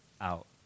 out